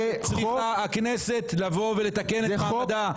תפקידה של הכנסת לבוא ולתקן את מעמדה.